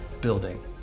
building